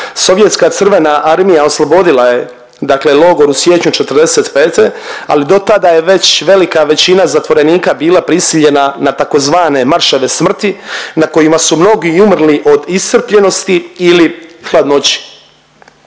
Sovjetska Crvena armija oslobodila je dakle logor u siječnju '45., ali do tada je već velika većina zatvorenika bila prisiljena na tzv. marševe smrti na kojima su mnogi i umrli od iscrpljenosti ili hladnoće.